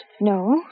No